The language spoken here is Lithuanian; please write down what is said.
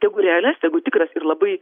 tegu realias tegu tikras ir labai